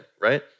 Right